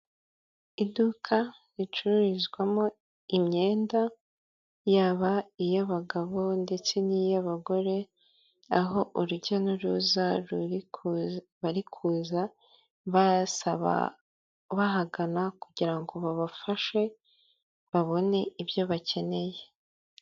Iduka ricururizwamo imyenda yaba iy'abagabo ndetse n'iy'abagore, aho urujya n'uruza ruri kuza, bari kuza basaba bahagana kugira ngo babafashe babone ibyo bakeneye.